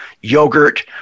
Yogurt